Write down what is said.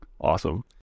awesome